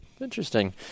Interesting